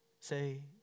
say